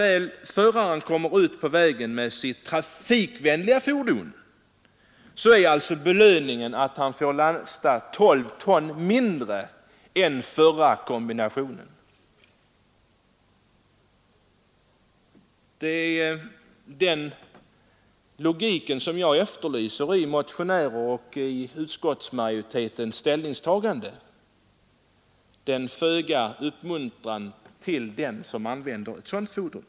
När föraren kommer ut på vägen med detta trafikvänliga fordon är belöningen alltså att han får lasta 12 ton mindre med denna fordonskom bination än med den förra. Jag efterlyser logiken i motionärernas och utskottsmajoritetens ställningstagande. Varför så föga uppmuntran till den som använder ett sådant fordon?